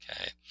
Okay